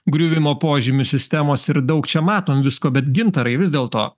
griuvimo požymių sistemos ir daug čia matom visko bet gintarai vis dėlto